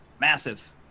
Massive